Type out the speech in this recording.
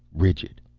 rigid.